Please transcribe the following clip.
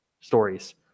stories